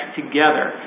together